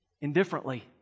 indifferently